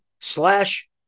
slash